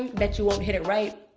bet you won't hit it right.